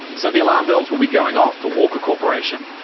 so the alarm bells will be going off for walker corporation,